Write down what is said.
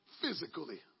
physically